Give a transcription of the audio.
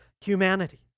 humanity